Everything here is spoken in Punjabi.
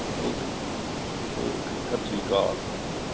ਓਕੇ ਓਕੇ ਸਤਿ ਸ਼੍ਰੀ ਅਕਾਲ